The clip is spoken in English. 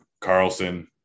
Carlson